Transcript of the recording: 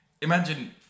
Imagine